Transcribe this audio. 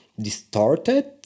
distorted